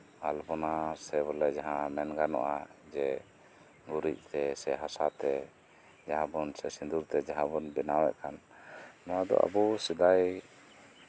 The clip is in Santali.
ᱟᱞᱯᱚᱱᱟ ᱥᱮ ᱵᱚᱞᱮ ᱡᱟᱦᱟᱸ ᱢᱮᱱ ᱜᱟᱱᱚᱜᱼᱟ ᱡᱮ ᱜᱩᱨᱤᱡᱽ ᱛᱮ ᱥᱮ ᱦᱟᱥᱟ ᱛᱮ ᱡᱟᱦᱟᱸ ᱵᱚᱱ ᱥᱮ ᱥᱤᱸᱫᱩᱨ ᱛᱮ ᱡᱟᱦᱟᱸ ᱵᱚᱱ ᱵᱮᱱᱟᱣᱮᱫ ᱠᱟᱱ ᱱᱚᱣᱟ ᱫᱚ ᱟᱵᱚ ᱥᱮᱫᱟᱭ